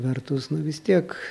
vertus nu vis tiek